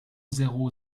zéro